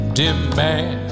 demand